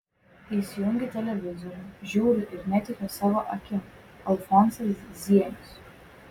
įsijungiu televizorių žiūriu ir netikiu savo akim alfonsas zienius